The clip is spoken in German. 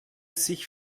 sich